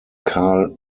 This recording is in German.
carl